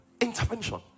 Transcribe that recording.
Intervention